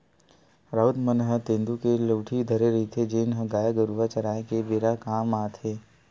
राउत मन ह तेंदू के लउठी धरे रहिथे, जेन ह गाय गरुवा चराए के बेरा काम म आथे